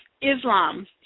Islam